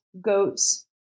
goats